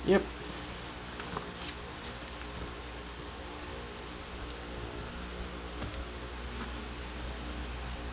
yup